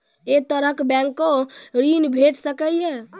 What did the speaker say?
ऐ तरहक बैंकोसऽ ॠण भेट सकै ये?